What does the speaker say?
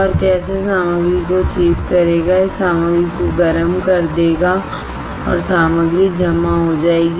और कैसे सामग्री को स्वीप करेगा यह सामग्री को गर्म कर देगा और और सामग्री जमा हो जाएगी